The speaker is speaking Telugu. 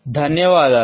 ధన్యవాదాలు